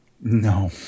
No